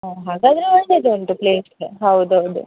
ಹಾಂ ಹಾಗಾದರೆ ಒಳ್ಳೆಯದೆ ಉಂಟು ಪ್ಲೇಸ್ ಹೌದು ಹೌದು